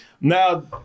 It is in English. now